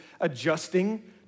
adjusting